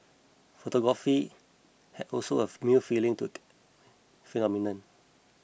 photography have also of